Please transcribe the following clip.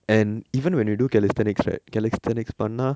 and even when you do calisthenics right calisthenics பன்ன:panna